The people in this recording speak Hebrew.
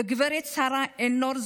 וגב' שרה עינור,